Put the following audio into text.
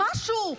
משהו,